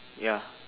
ya